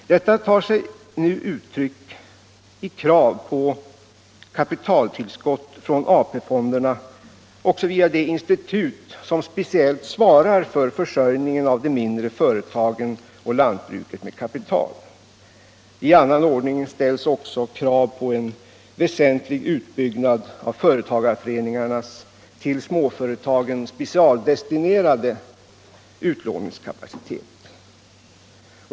Detta tar sig nu uttryck i krav på kapitaltillskott från AP-fonden också via de institut som speciellt svarar för försörjningen av de mindre företagen och lantbruket med kapital. I annan ordning ställs krav på en väsentlig utbyggnad av företagareföreningarnas till småföretagen specialdestinerade utlåningskapacitet.